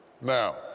Now